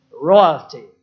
royalty